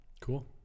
cool